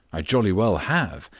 i jolly well have.